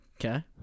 Okay